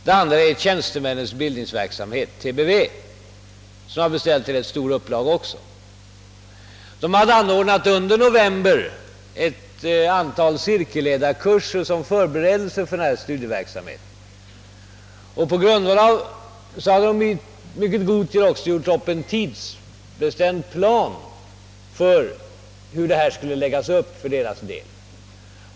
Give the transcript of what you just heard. Den andra är Tjänstemännens bildningsverksamhet . Dessa grupper hade under november anordnat ett antal cirkelledarkurser som förberedelse för denna studieverksamhet. De hade också i mycket god tid gjort upp en tidsbestämd plan för hur denna studieverksamhet skulle läggas upp.